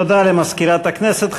תודה למזכירת הכנסת.